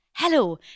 Hello